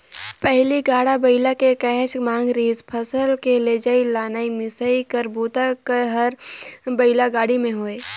पहिली गाड़ा बइला के काहेच मांग रिहिस फसल के लेजइ, लनइ, मिसई कर बूता हर बइला गाड़ी में होये